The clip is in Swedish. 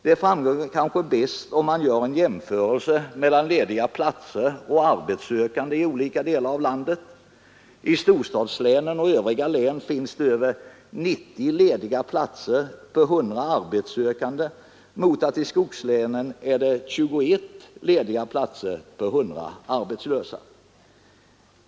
Det framgår kanske bäst om man gör en jämförelse mellan antalet lediga platser och arbetssökande i olika delar av landet. I storstadslänen och s.k. övriga län finns det över 90 lediga platser per 100 arbetssökande mot att i skogslänen är det 21 lediga platser per 100 arbetslösa.